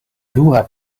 dua